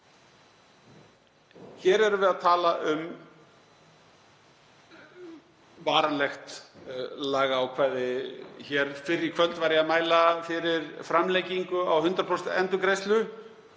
Hér erum við að tala um varanlegt lagaákvæði. Hér fyrr í kvöld var ég að mæla fyrir framlengingu á 100% endurgreiðslu